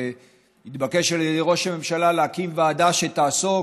שהתבקש על ידי ראש הממשלה להקים ועדה שתעסוק